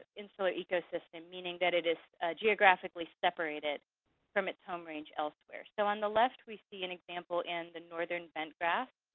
insular ecosystem, meaning that it is geographically separated from its home range elsewhere. so on the left we see an example in the northern bentgrass,